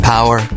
Power